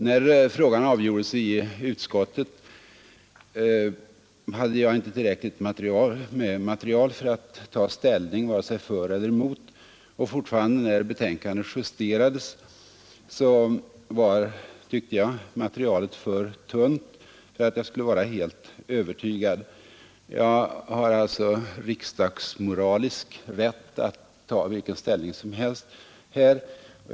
När frågan avgjordes i utskottet hade jag inte tillräckligt material för att ta ställning vare sig för eller emot, och fortfarande när betänkandet justerades var, tyckte jag, materialet för tunt för att jag skulle vara helt övertygad. Jag har alltså riksdagsmoraliskt rätt att inta vilken ställning som helst här.